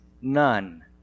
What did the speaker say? none